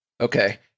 Okay